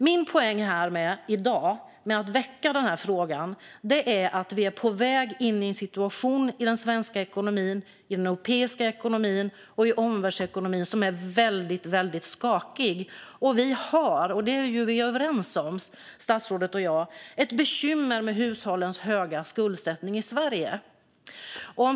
Min poäng med att väcka den här frågan i dag är att vi är på väg in i en situation i den svenska och europeiska ekonomin, och i omvärldsekonomin, som är väldigt skakig. Vi har ett bekymmer med hushållens höga skuldsättning i Sverige - det är statsrådet och jag överens om.